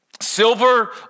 Silver